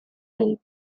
del